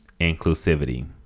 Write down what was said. inclusivity